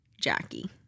Jackie